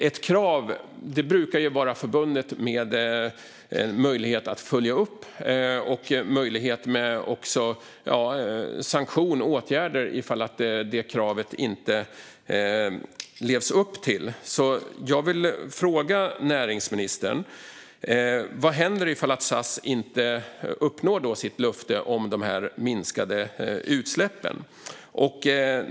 Ett krav brukar ju vara förbundet med en möjlighet att följa upp och en möjlighet till sanktioner och åtgärder om kravet inte levs upp till. Jag vill fråga näringsministern: Vad händer om SAS inte uppfyller sitt löfte om minskade utsläpp?